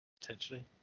Potentially